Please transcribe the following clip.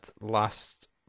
last